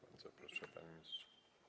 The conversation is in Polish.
Bardzo proszę, panie ministrze.